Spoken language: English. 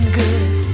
good